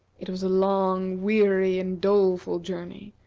it was a long, weary, and doleful journey,